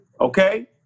Okay